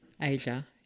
Asia